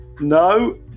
no